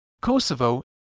Kosovo